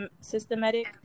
systematic